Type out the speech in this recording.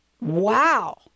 Wow